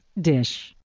dish